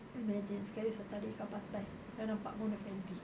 imagine sekali satu hari kau pass by kau nampak mona fandey